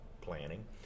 planning